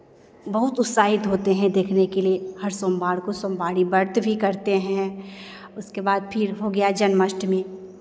बहुत उत्साहित होते हैं देखने के लिए हर सोमवार को सोमवारी व्रत भी करते हैं उसके बाद फिर हो गया जन्माष्टमी